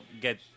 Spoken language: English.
get